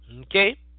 Okay